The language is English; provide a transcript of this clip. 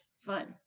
fun